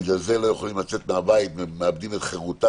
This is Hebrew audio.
בגלל זה לא יכולים לצאת מהבית ומאבדים את חירותם,